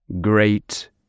great